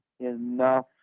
enough